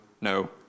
no